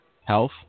health